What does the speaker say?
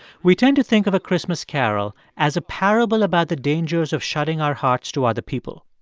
we tend to think of a christmas carol as a parable about the dangers of shutting our hearts to other people,